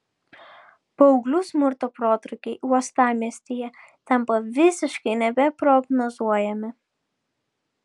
paauglių smurto protrūkiai uostamiestyje tampa visiškai nebeprognozuojami